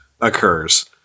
occurs